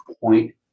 point